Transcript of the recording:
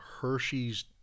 Hershey's